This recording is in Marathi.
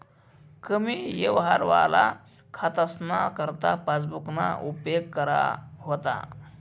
कमी यवहारवाला खातासना करता पासबुकना उपेग करा व्हता